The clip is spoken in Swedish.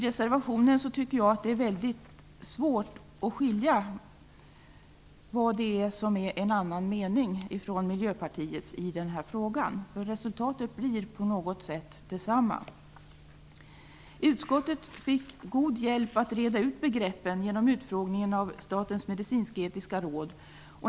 Jag tycker att det är väldigt svårt att i reservationen finna vad som skiljer Resultatet blir på något sätt detsamma. Utskottet fick god hjälp att reda ut begreppen genom utfrågningen av Statens medicinsk-etiska råd.